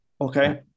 Okay